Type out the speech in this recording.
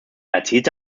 erzielte